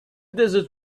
desert